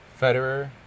Federer